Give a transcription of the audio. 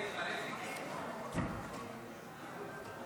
לרשותך שלוש דקות, בבקשה.